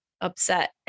upset